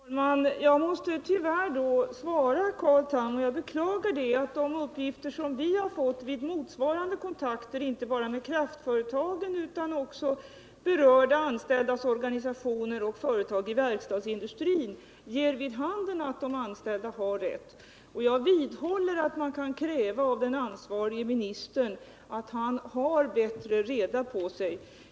Herr talman! Jag måste tyvärr säga till Carl Tham att de uppgifter som vi fått vid motsvarande kontakter, inte bara från kraftföretagen utan också från berörda anställdas organisationer och verkstadsindustrin, ger vid handen att de anställda har rätt. Jag vidhåller att man kan kräva av den ansvarige ministern att han har bättre reda på sig.